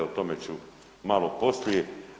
O tome ću malo poslije.